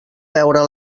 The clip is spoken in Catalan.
veure